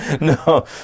no